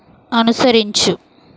అనుసరించు